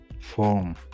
form